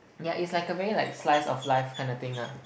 ya it's like a very like slice of life kind of thing ah